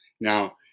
Now